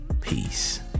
peace